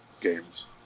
games